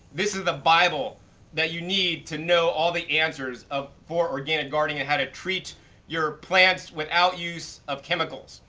this is the bible that you need to know all the answers for organic gardening and how to treat your plants without use of chemicals.